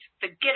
Forget